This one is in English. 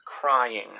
crying